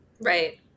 right